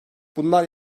bunlar